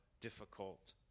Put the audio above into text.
difficult